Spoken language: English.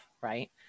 Right